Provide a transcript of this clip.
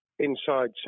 inside